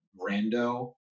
rando